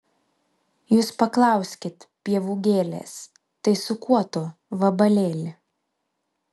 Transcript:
jūs paklauskit pievų gėlės tai su kuo tu vabalėli